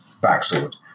backsword